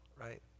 right